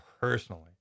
personally